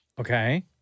Okay